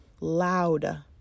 loud